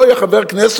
לא יהיה חבר כנסת,